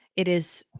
it is,